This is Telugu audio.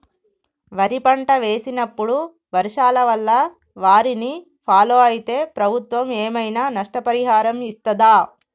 వరి పంట వేసినప్పుడు వర్షాల వల్ల వారిని ఫాలో అయితే ప్రభుత్వం ఏమైనా నష్టపరిహారం ఇస్తదా?